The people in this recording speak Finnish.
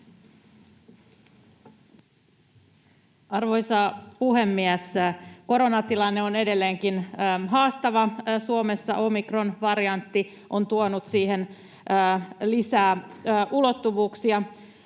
Arvoisa puhemies! Koronatilanne on edelleenkin haastava. Suomessa omikronvariantti on tuonut siihen lisää ulottuvuuksia.